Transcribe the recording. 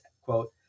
quote